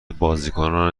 بازیکنان